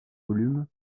volumes